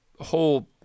whole